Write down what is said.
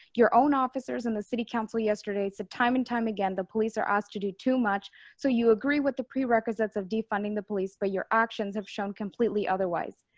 your own officers in the city council yesterday said time and time again the police are asked to do too much so you agree with the prerequisites of defunding the police but your actions have shown completely otherwise.